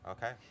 Okay